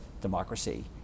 democracy